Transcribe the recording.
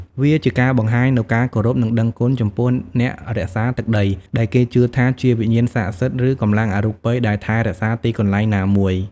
វាជាការបង្ហាញនូវការគោរព និងដឹងគុណចំពោះអ្នករក្សាទឹកដី ដែលគេជឿថាជាវិញ្ញាណស័ក្តិសិទ្ធិ ឬកម្លាំងអរូបិយដែលថែរក្សាទីកន្លែងណាមួយ។